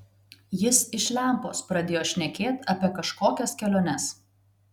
jis iš lempos pradėjo šnekėt apie kažkokias keliones